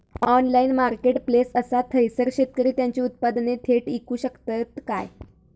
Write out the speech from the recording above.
Online marketplace असा थयसर शेतकरी त्यांची उत्पादने थेट इकू शकतत काय?